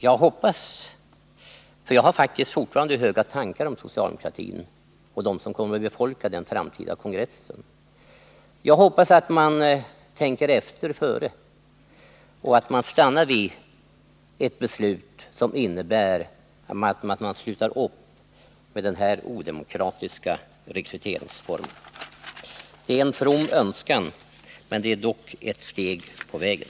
Jag hoppas — för jag har faktiskt fortfarande höga tankar om socialdemokratin och dem som kommer att delta i kongressen — att man tänker efter före och att man stannar vid ett beslut som innebär att man slutar med den här odemokratiska rekryteringsformen. Det är en from önskan, men det är dock ett steg på vägen.